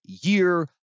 year